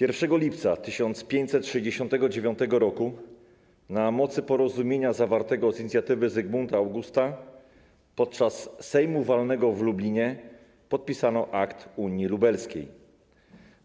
1 lipca 1569 r. na mocy porozumienia zawartego z inicjatywy Zygmunta Augusta podczas Sejmu walnego w Lublinie podpisano akt unii lubelskiej,